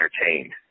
entertained